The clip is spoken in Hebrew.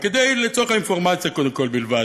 קודם כול, לצורך האינפורמציה בלבד: